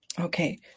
Okay